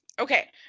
Okay